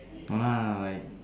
why